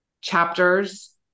chapters